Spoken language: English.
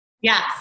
Yes